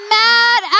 mad